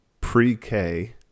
pre-k